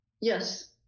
Yes